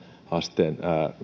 asteen